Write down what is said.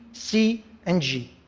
c and g.